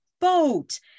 boat